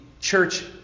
church